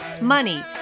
money